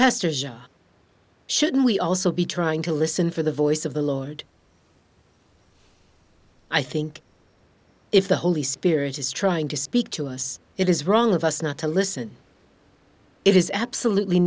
pastors should we also be trying to listen for the voice of the lord i think if the holy spirit is trying to speak to us it is wrong of us not to listen it is absolutely